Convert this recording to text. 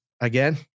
again